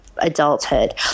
adulthood